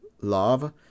love